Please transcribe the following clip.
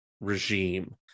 regime